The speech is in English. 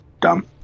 dumb